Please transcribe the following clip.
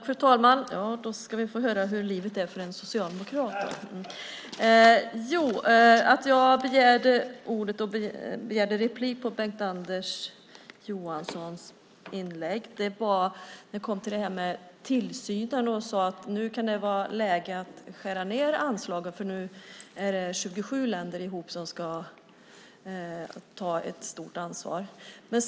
Fru talman! Då ska ni få höra hur livet är för en socialdemokrat. Jag begärde replik på Bengt-Anders Johansson när han talade om tillsynen och att det kan vara läge att skära ned anslagen eftersom det är 27 länder som ska dela på ansvaret.